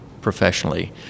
professionally